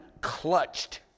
clutched